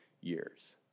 years